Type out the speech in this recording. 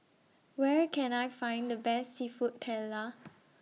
Where Can I Find The Best Seafood Paella